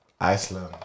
Iceland